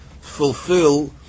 fulfill